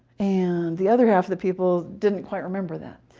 and the other half of the people didn't quite remember that.